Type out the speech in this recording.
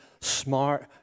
smart